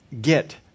get